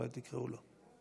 אולי תקראו לו.